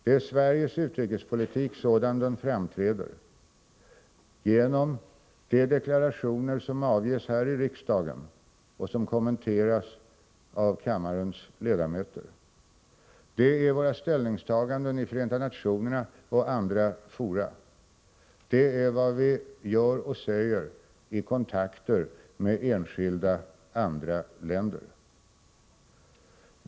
Det är Sveriges utrikespolitik, sådan den framträder genom de deklarationer som avges här i riksdagen och som kommenteras av kammarens ledamöter. Det är våra ställningstaganden i Förenta nationerna och andra fora. Det är vad vi gör och säger i kontakter med enskilda andra länder.